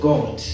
God